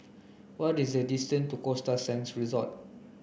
what is the distance to Costa Sands Resort